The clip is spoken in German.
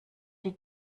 die